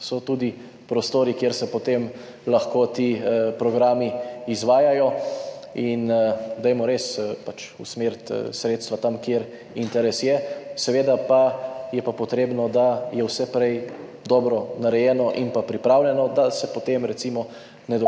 so tudi prostori, kjer se potem lahko ti programi izvajajo, in dajmo res usmeriti sredstva tja, kjer je interes. Seveda pa je potrebno, da je vse prej dobro narejeno in pripravljeno, da se potem recimo ne dogajajo